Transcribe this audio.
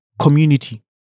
community